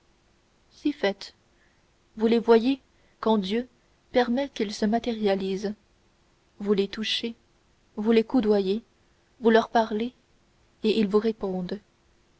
si fait vous les voyez quand dieu permet qu'ils se matérialisent vous les touchez vous les coudoyez vous leur parlez et ils vous répondent